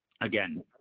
again